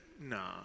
nah